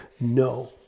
no